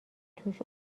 توش